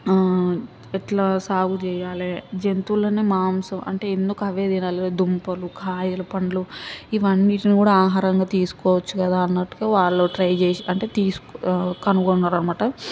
ఎట్లా సాగు చెయ్యాలె జంతువులను మాంసం అంటే ఎందుకు అవే తినాలి దుంపలు కాయలు పండ్లు ఇవన్నిటినీ కూడా ఆహారంగా తీసుకోవచ్చు కదా అన్నట్టుగా వాళ్ళు ట్రై చేసి అంటే తీసుకు కనుగొన్నారు అనమాట